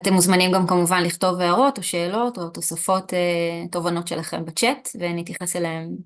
אתם מוזמנים גם כמובן לכתוב הערות ,שאלות או תוספות תובנות שלכם בצ'אט, ואני אתייחס אליהם.